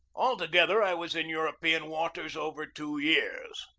altogether i was in european waters over two years.